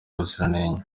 ubuziranenge